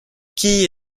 qui